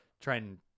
trying